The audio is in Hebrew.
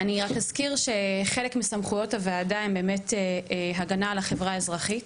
אני רק אזכיר שחלק מסמכויות הוועדה הן באמת הגנה על החברה האזרחית,